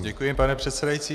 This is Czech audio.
Děkuji, pane předsedající.